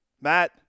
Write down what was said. Matt